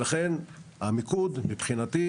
ולכן המיקוד מבחינתי,